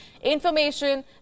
information